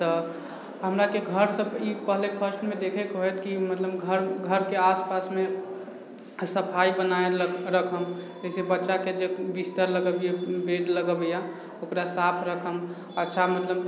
तऽ हमराके घरसँ ई पहले फर्स्टमे देखैके होयत कि घर घरके आस पासमे सफाइ बनायल राखब जैसे बच्चाके जे बिस्तर लगबियै बेड लगबियै ओकरा साफ रखब अच्छा मतलब